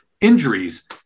injuries